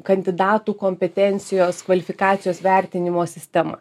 kandidatų kompetencijos kvalifikacijos vertinimo sistema